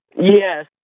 Yes